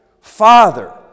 Father